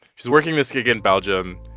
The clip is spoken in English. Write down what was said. she's working this gig in belgium,